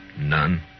None